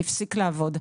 הפסיק לעבוד.